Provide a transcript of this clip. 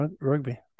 rugby